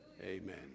Amen